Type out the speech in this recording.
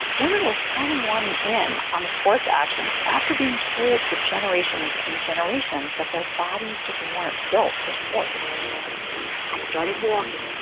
women were finally wanting in on the sports action after being told for generations and generations that their bodies just weren't built for sports i started walking.